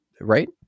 right